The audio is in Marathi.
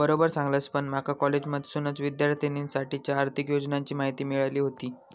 बरोबर सांगलस, पण माका कॉलेजमधसूनच विद्यार्थिनींसाठीच्या आर्थिक योजनांची माहिती मिळाली व्हती